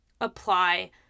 apply